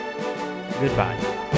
GOODBYE